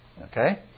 Okay